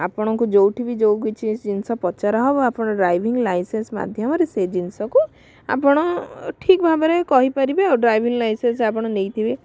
ଆପଣଙ୍କୁ ଯେଉଁଠି ବି ଯେଉଁ କିଛି ଜିନିଷ ପଚରା ହେବ ଆପଣ ଡ୍ରାଇଭିଂ ଲାଇସେନ୍ସ ମାଧ୍ୟମରେ ସେଇ ଜିନିଷ କୁ ଆପଣ ଠିକ ଭାବରେ କହିପରିବେ ଆଉ ଡ୍ରାଇଭିଂ ଲାଇସେନ୍ସ ଆପଣ ନେଇଥିବେ